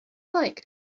like